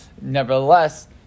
Nevertheless